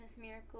miracle